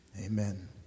Amen